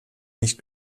nicht